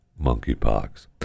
monkeypox